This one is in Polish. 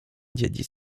dziedzic